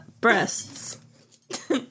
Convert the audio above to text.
breasts